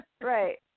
Right